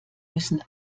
müssen